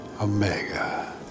Omega